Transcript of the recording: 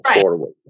forward